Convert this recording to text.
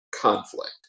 conflict